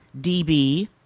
DB